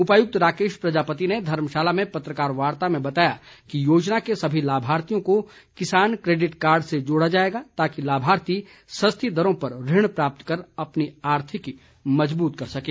उपायुक्त राकेश प्रजापति ने धर्मशाला में पत्रकार वार्ता में बताया कि योजना के सभी लाभार्थियों को किसान क्रेडिट कार्ड से जोड़ा जाएगा ताकि लाभार्थी सस्ती दरों पर ऋण प्राप्त कर आर्थिकी मजबूत कर सकें